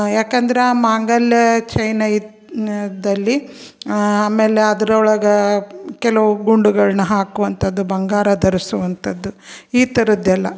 ಯಾಕೆಂದರೆ ಆ ಮಾಂಗಲ್ಯ ಚೈನಾಯ್ತು ದಲ್ಲಿ ಆಮೇಲೆ ಅದ್ರೊಳಗೆ ಕೆಲವು ಗುಂಡುಗಳನ್ನ ಹಾಕುವಂಥದ್ದು ಬಂಗಾರ ಧರಿಸುವಂಥದ್ದು ಈ ಥರದ್ದೆಲ್ಲ